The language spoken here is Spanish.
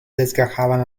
desgajaban